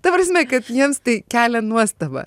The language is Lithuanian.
ta prasme kad jiems tai kelia nuostabą